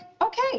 okay